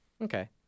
Okay